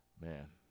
man